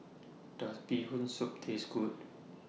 Does Bee Hoon Soup Taste Good